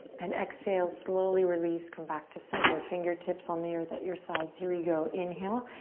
and exhale, slowly release, come back to center. fingertips on the earth, at your sides. here we go, inhale.